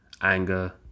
anger